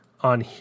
on